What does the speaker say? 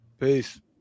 Peace